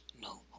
no